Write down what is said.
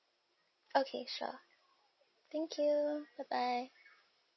okay sure thank you bye bye